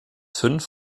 fünf